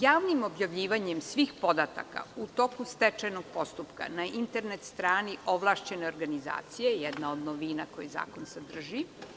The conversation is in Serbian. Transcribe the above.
Javnim objavljivanjem svih podataka u toku stečajnog postupka, na internet strani ovlašćene organizacije je jedna od novina koju zakon sadrži.